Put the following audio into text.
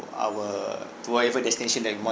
our to whatever destination that we want